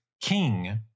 king